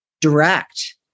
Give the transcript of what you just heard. direct